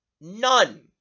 none